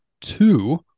two